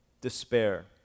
despair